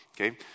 Okay